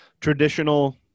Traditional